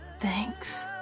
Thanks